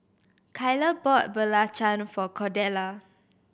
Kyler bought belacan for Cordella